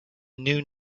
new